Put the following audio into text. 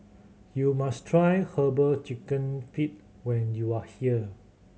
you must try Herbal Chicken Feet when you are here